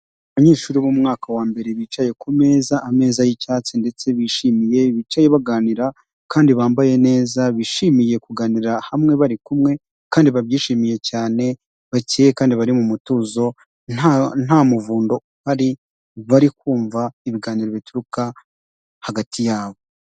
Abanyeshuri bo mumwaka wa mbere bicaye ku meza, ameza y'icyatsi ndetse bishimiye bicaye baganira, kandi bambaye neza, bishimiye kuganirira hamwe bari kumwe kandi babyishimiye cyane bakeye, kandi bari mu mutuzo ,nta muvundo uhari ,bari kumva ibiganiro bituruka hagati yabo.